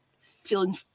feeling